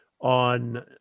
on